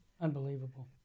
Unbelievable